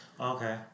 Okay